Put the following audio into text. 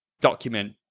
document